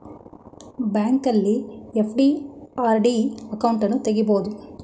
ಬ್ಯಾಂಕಲ್ಲಿ FD, RD ಅಕೌಂಟನ್ನು ತಗಿಬೋದು